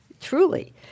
Truly